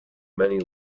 many